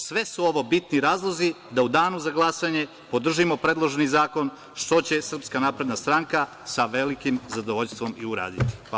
Sve su ovo bitni razlozi da u danu za glasanje podržimo predloženi zakon, što će SNS sa velikim zadovoljstvom i uraditi.